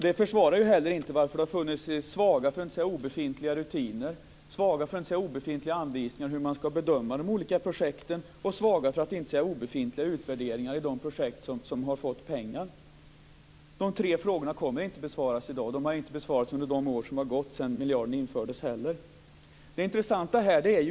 Det försvarar inte heller varför det har funnits svaga för att inte säga obefintliga rutiner, svaga för att inte säga obefintliga anvisningar för hur man ska bedöma de olika projekten och svaga för att inte säga obefintliga utvärderingar av de projekt som har fått pengar. De tre frågorna kommer inte att besvaras i dag, och de har inte besvarats under de år som har gått sedan miljarden infördes.